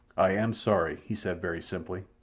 i am sorry, he said very simply.